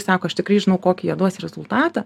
sako aš tikrai žinau kokį jie duos rezultatą